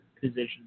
position